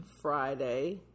Friday